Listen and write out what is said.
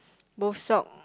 both sock